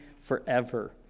forever